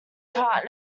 cart